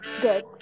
Good